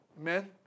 Amen